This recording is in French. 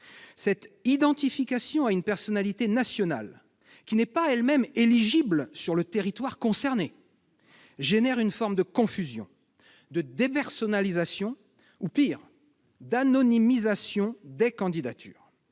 Cette identification à une personnalité nationale, qui n'est pas elle-même éligible sur le territoire concerné, entraîne une forme de confusion, de dépersonnalisation ou, pis, d'anonymisation des candidatures.